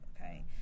okay